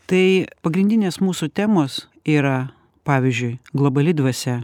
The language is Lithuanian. tai pagrindinės mūsų temos yra pavyzdžiui globali dvasia